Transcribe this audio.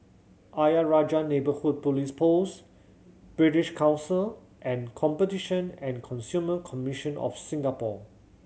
Ayer Rajah Neighbourhood Police Post British Council and Competition and Consumer Commission of Singapore